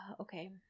okay